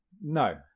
No